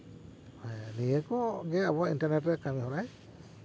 ᱱᱤᱭᱟᱹ ᱠᱚᱜᱮ ᱟᱵᱚ ᱤᱱᱴᱟᱨᱱᱮᱴ ᱨᱮᱭᱟᱜ ᱠᱟᱹᱢᱤ ᱦᱚᱨᱟᱭ